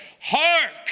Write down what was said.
Hark